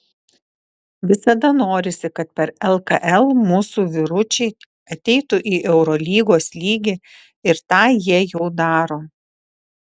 visada norisi kad per lkl mūsų vyručiai ateitų į eurolygos lygį ir tą jie jau daro